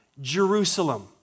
Jerusalem